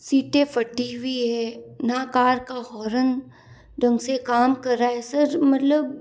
सीटें फटी हुई है ना कार का होरन ढंग से काम कर रहा है सर मतलब